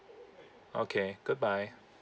okay goodbye